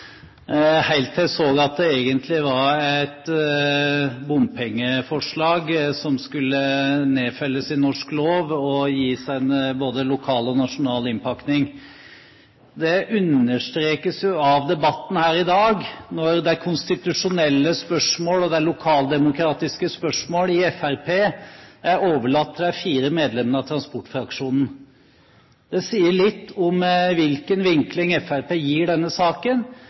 helt til jeg så at det egentlig var et bompengeforslag som skulle nedfelles i norsk lov og gis både en lokal og en nasjonal innpakning. Det understrekes jo av debatten her i dag når konstitusjonelle spørsmål og lokaldemokratiske spørsmål i Fremskrittspartiet er overlatt til de fire medlemmene av transportfraksjonen. Det sier litt om hvilken vinkling Fremskrittspartiet gir denne saken.